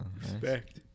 Respect